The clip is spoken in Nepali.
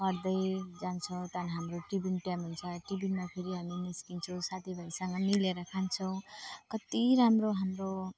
पढ्दै जान्छौँ त्यहाँदेखि हाम्रो टिफिन टाइम हुन्छ टिफिनमा फेरि हामी निस्किन्छौँ साथीभाइसँग मिलेर खान्छौँ कति राम्रो हाम्रो